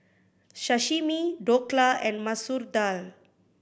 Sashimi Dhokla and Masoor Dal